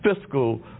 fiscal